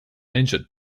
engine